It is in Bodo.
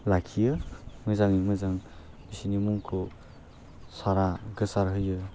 लाखियो मोजाङै मोजां बिसिनि मुंखौ सारा गोसार होयो